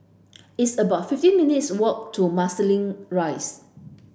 it's about fifteen minutes' walk to Marsiling Rise